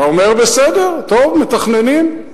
אתה אומר: בסדר, טוב, מתכננים.